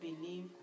believe